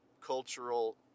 cultural